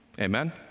Amen